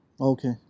Okay